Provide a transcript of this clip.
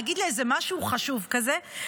נגיד לאיזה משהו חשוב כזה.